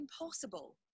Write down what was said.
impossible